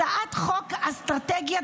הצעת חוק אסטרטגיית